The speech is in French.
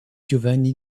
giovanni